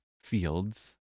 fields